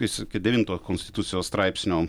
devinto konstitucijos straipsnio